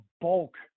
bulk